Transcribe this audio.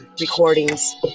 recordings